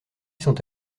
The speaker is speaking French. sont